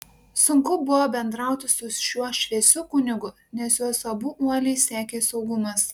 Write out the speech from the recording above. sunku buvo bendrauti su šiuo šviesiu kunigu nes juos abu uoliai sekė saugumas